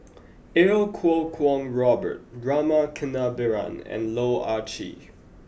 Iau Kuo Kwong Robert Rama Kannabiran and Loh Ah Chee